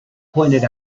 pointed